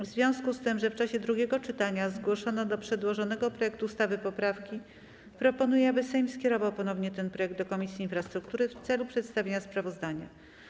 W związku z tym, że w czasie drugiego czytania zgłoszono do przedłożonego projektu ustawy poprawki, proponuję, aby Sejm skierował ponownie ten projekt do Komisji Infrastruktury w celu przedstawienia sprawozdania.